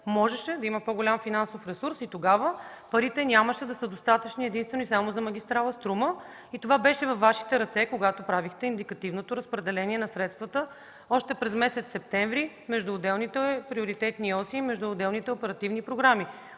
можеше да има по-голям финансов ресурс и тогава парите нямаше да са достатъчни единствено и само за магистрала „Струма”. Това беше във Вашите ръце, когато правехте индикативното разпределение на средствата още през месец септември между отделните приоритетни оси и отделните оперативни програми.